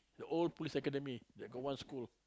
the old police academy that got one school